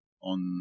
on